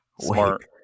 smart